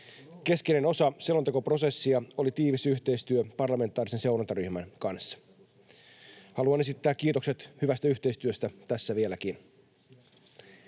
Keskeinen osa selontekoprosessia oli tiivis yhteistyö parlamentaarisen seurantaryhmän kanssa. Haluan esittää kiitokset hyvästä yhteistyöstä vielä tässäkin.